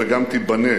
ומתוכננת, וגם תיבנה,